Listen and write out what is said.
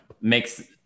makes